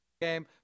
game